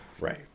Right